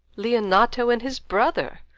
leonato and his brother.